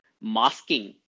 masking